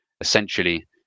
essentially